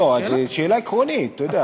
לא, שאלה עקרונית, אתה יודע.